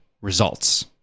results